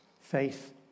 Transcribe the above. Faith